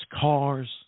cars